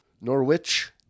Norwich